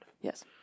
Yes